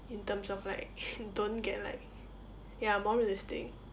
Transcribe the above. in terms of like don't get like ya more realistic